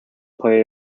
play